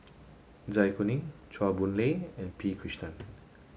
Zai Kuning Chua Boon Lay and P Krishnan